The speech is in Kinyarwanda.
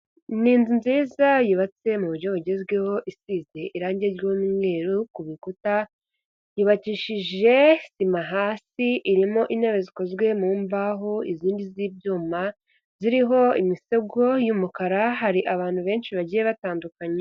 Ni inzu nziza yubatse mu buryo bugezweho isize irangi ry'umweru ku bikuta, yubakishije sima hasi irimo intebe zikozwe mu mbaho izindi z'ibyuma ziriho imisego y'umukara, hari abantu benshi bagiye batandukanye.